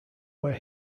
where